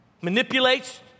Manipulates